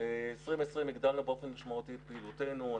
ב-2020 הגדלנו באופן משמעותי את פעילותנו.